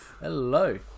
Hello